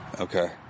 Okay